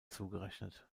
zugerechnet